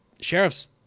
sheriff's